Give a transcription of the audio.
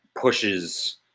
pushes